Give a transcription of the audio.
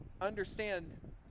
Understand